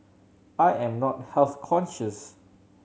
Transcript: I am not health conscious